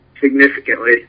significantly